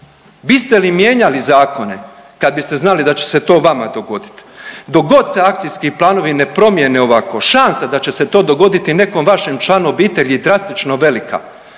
Biste li mijenjali zakone kad biste znali da će se to vama dogoditi. Dok god se akcijski planovi ne promijene ovako šansa da će se to dogoditi nekom vašem članu obitelji je drastično velika